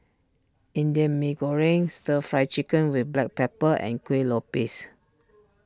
Indian Mee Goreng Stir Fry Chicken with Black Pepper and Kueh Lopes